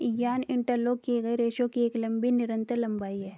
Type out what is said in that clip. yarn interlock किए गए रेशों की एक लंबी निरंतर लंबाई है